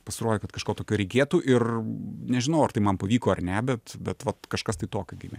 pasirodė kad kažko tokio reikėtų ir nežinau ar tai man pavyko ar ne bet bet vat kažkas tokio gimė